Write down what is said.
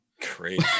Crazy